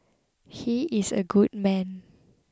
he is a good man